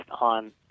on